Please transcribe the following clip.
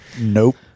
Nope